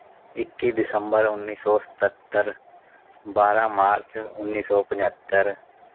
ਇੱਕੀ ਦਸੰਬਰ ਉੱਨੀ ਸੌ ਸਤੱਤਰ ਬਾਰਾਂ ਮਾਰਚ ਉੱਨੀ ਸੌ ਪੰਝੱਤਰ